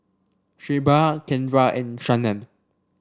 Shelba Kendra and Shannen